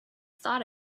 thought